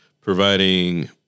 providing